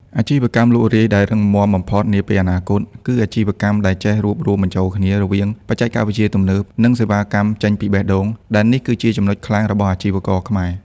អាជីវកម្មលក់រាយដែលរឹងមាំបំផុតនាពេលអនាគត គឺអាជីវកម្មដែលចេះរួមបញ្ចូលគ្នារវាង "បច្ចេកវិទ្យាទំនើប" និង "សេវាកម្មចេញពីបេះដូង" ដែលនេះគឺជាចំណុចខ្លាំងរបស់អាជីវករខ្មែរ។